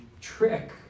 trick